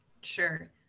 Sure